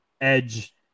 Edge